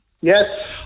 yes